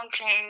Okay